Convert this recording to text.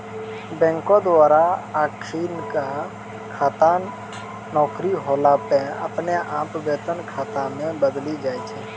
बैंको द्वारा अखिनका खाता नौकरी होला पे अपने आप वेतन खाता मे बदली जाय छै